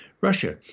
Russia